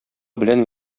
белән